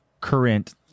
current